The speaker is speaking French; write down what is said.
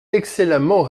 excellemment